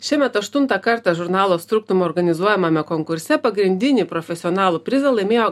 šiemet aštuntą kartą žurnalo struktum organizuojamame konkurse pagrindinį profesionalų prizą laimėjo